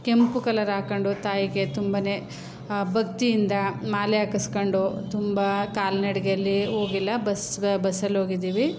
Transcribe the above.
ಕೆಂಪು ಕಲರ್ ಹಾಕ್ಕೊಂಡು ತಾಯಿಗೆ ತುಂಬನೇ ಭಕ್ತಿಯಿಂದ ಮಾಲೆ ಹಾಕಿಸ್ಕೊಂಡು ತುಂಬ ಕಾಲು ನಡಿಗೇಲಿ ಹೋಗಿಲ್ಲ ಬಸ್ಸಲ್ಲೋಗಿದ್ದೀವಿ